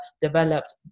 developed